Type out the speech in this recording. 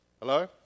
Hello